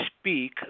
speak